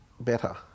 better